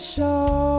Show